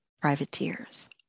privateers